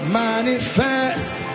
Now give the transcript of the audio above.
manifest